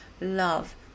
love